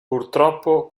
purtroppo